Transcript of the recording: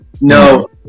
no